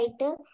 writer